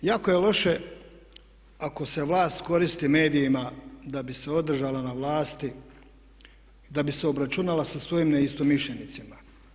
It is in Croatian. Jako je loše ako se vlast koristi medijima da bi se održala na vlasti, da bi se obračunala sa svojim neistomišljenicima.